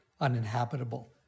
uninhabitable